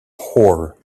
horror